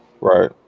Right